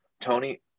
Tony